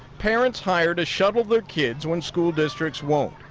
parents hired to shuttle their kids when school districts won't.